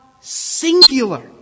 singular